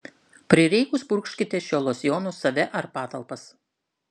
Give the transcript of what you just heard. prireikus purkškite šiuo losjonu save ar patalpas